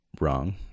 wrong